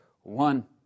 One